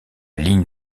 ligne